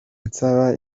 nsaba